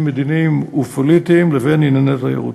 מדיניים ופוליטיים לבין ענייני תיירות.